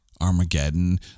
Armageddon